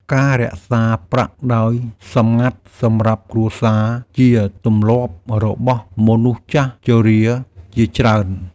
ការរក្សាប្រាក់ដោយសម្ងាត់សម្រាប់គ្រួសារជាទម្លាប់របស់មនុស្សចាស់ជរាជាច្រើន។